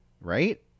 Right